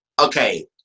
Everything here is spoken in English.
Okay